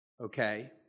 okay